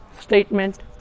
statement